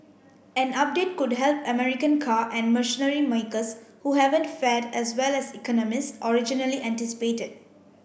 an update could help American car and machinery makers who haven't fared as well as economists originally anticipated